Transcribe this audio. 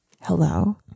hello